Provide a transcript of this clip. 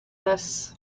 this